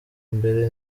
mbere